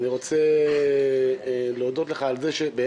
אני רוצה להודות לך על זה שבאמת